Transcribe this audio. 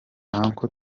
uncle